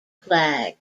flag